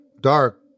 Dark